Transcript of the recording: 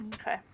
Okay